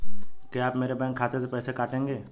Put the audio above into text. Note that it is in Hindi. क्या आप मेरे बैंक खाते से पैसे काटेंगे?